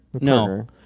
No